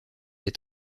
des